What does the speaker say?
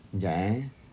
jap eh